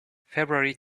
february